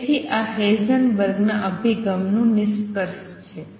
તેથી આ હેઇઝનબર્ગના અભિગમનું નિષ્કર્ષ છે